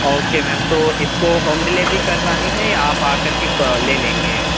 okay ma'am تو اس کو ہوم ڈلیوری کروانی ہے یا آپ آ کر کے لے لیں گے